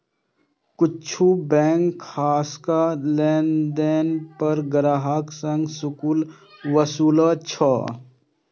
किछु बैंक खाताक लेनदेन पर ग्राहक सं शुल्क वसूलै छै